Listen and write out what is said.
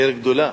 עיר גדולה.